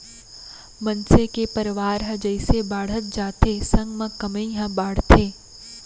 मनसे के परवार ह जइसे बाड़हत जाथे संग म कमई ह बाड़थे